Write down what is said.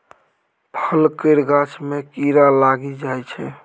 फल केर गाछ मे कीड़ा लागि जाइ छै